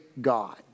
God